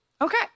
Okay